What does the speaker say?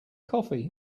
coffee